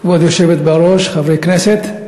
כבוד היושבת בראש, חברי הכנסת,